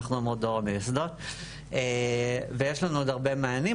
אנחנו אומרות "דור המייסדות" ויש לנו עוד הרבה מענים.